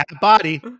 body